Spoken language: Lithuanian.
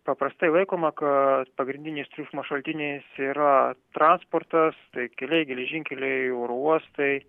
paprastai laikoma kad pagrindinis triukšmo šaltiniais yra transportas tai keliai geležinkeliai oro uostai